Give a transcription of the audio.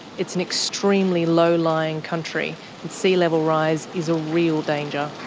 it's an extremely low lying country and sea level rise is a real danger.